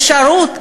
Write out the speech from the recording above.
אפשרות,